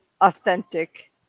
authentic